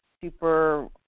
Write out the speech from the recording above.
super